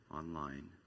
online